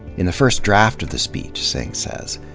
in the first draft of the speech, singh says,